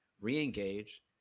re-engage